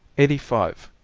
eighty five.